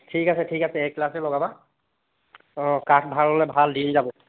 ঠিক আছে ঠিক আছে এ ক্লাছে লগাবা অঁ কাঠ ভাল হ'লে ভাল দিন যাব